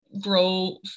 grow